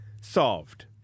solved